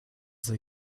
they